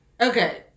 Okay